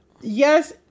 yes